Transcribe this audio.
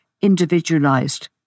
individualized